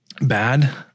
bad